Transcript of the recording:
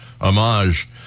homage